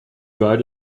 weit